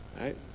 right